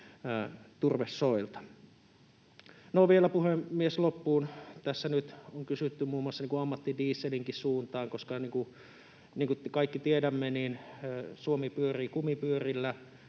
turvesoilta. Vielä, puhemies, loppuun: Tässä nyt on kysytty muun muassa ammattidieselinkin suuntaan, koska niin kuin kaikki tiedämme, Suomi pyörii kumipyörillä